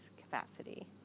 capacity